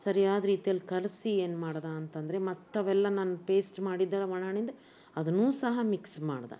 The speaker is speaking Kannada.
ಸರಿಯಾದ ರೀತಿಯಲ್ಲಿ ಕಲಸಿ ಏನ್ಮಾಡ್ದೆ ಅಂತ ಅಂದ್ರೆ ಮತ್ತು ಅವೆಲ್ಲ ನಾನು ಪೇಸ್ಟ್ ಮಾಡಿದ್ರೆ ಒಣ ಹಣ್ಣಿಂದ ಅದನ್ನು ಸಹ ಮಿಕ್ಸ್ ಮಾಡ್ದೆ